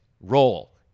roll